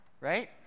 right